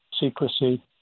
secrecy